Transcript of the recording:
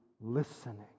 listening